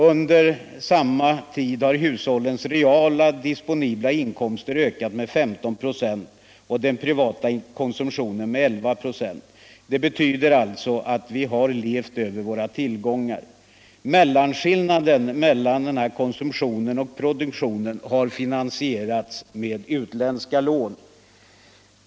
Under samma tid har hushållens reala disponibla inkomster ökat med 15 & och den privata konsumtionen med 11 96. Det betyder alltså att vi har levt över våra tillgångar. Skillnaden mellan denna konsumtion och produktionen har finansierats med utländska lån.